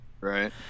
Right